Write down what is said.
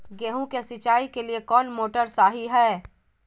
गेंहू के सिंचाई के लिए कौन मोटर शाही हाय?